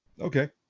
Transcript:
Okay